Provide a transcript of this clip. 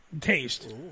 taste